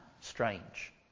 strange